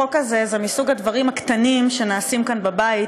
החוק הזה הוא מסוג הדברים הקטנים שנעשים כאן בבית,